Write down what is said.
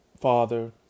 father